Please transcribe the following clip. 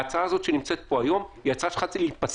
ההצעה הזאת שנמצאת פה היום היא הצעה שצריכה להיפסל.